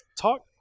talk